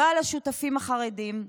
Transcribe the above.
על השותפים החרדים,